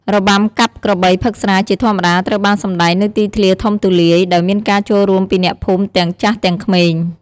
របាំកាប់ក្របីផឹកស្រាជាធម្មតាត្រូវបានសម្តែងនៅទីធ្លាធំទូលាយ ដោយមានការចូលរួមពីអ្នកភូមិទាំងចាស់ទាំងក្មេង។